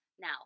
now